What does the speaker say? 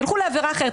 ילכו לעבירה אחרת.